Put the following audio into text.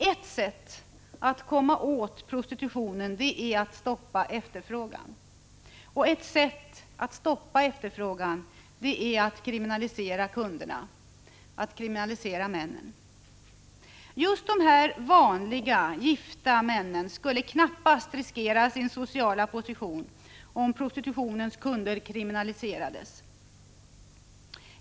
Ett sätt att komma åt prostitutionen är att stoppa efterfrågan. Ett sätt att göra detta är att kriminalisera kunderna, dvs. männen. Just dessa vanliga, gifta män skulle knappast riskera sin sociala position om prostitutionens kunder kriminaliserades.